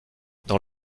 dans